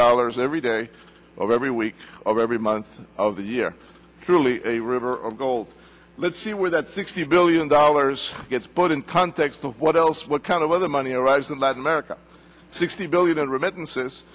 dollars every day or every week or every month of the year truly a river of gold let's see where that sixty billion dollars gets put in context of what else what kind of other money arrives in latin america sixty billion remittances